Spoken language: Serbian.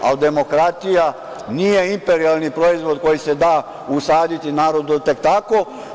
Ali demokratija nije imperijalni proizvod koji se da usaditi narodu tek tako.